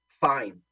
fine